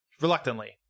Reluctantly